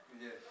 Yes